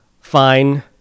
fine